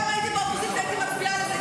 גם אם הייתי באופוזיציה הייתי מצביעה על זה,